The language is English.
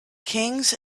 kings